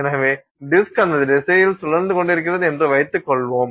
எனவே டிஸ்க் அந்த திசையில் சுழன்று கொண்டிருந்தது என்று வைத்துக் கொள்வோம்